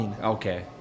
Okay